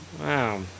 Wow